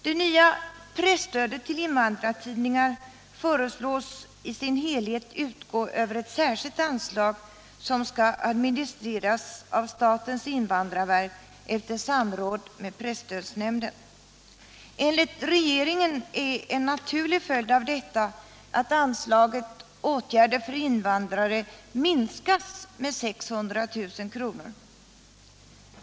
Det nya presstödet till invandrartidningar föreslås i sin helhet utgå över ett särskilt anslag, som skall administreras av statens invandrarverk efter samråd med presstödsnämnden. Enligt regeringen är en naturlig följd av detta att anslaget Åtgärder för invandrare minskas med 600 000 kr.